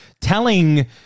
telling